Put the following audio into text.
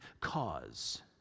cause